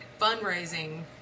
fundraising